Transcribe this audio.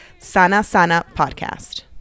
SanaSanaPodcast